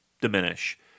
diminish